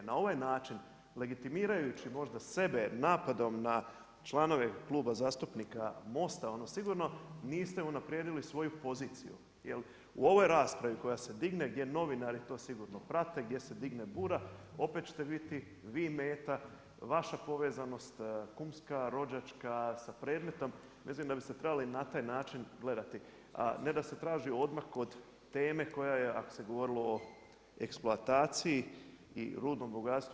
Na ovaj način legitimirajući možda sebe napadom na članove Kluba zastupnika Most-a onda sigurno niste unaprijedili svoju poziciju jel u ovoj raspravi koja se digne gdje novinari to sigurno prate, gdje se digne bura opet ćete biti vi meta, vaša povezanost kumska, rođačka sa predmetom, mislim da bi ste trebali na taj način gledati, a ne da se traži odmak od teme koja je ako se govorilo o eksploataciji i rudnom bogatstvu.